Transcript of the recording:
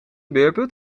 beerput